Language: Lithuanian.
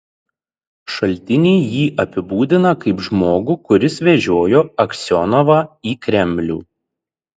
šaltiniai jį apibūdina kaip žmogų kuris vežiojo aksionovą į kremlių